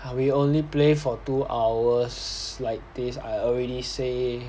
we only play for two hours like this I already say